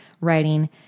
writing